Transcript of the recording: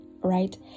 right